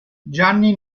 gianni